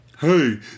Hey